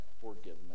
forgiveness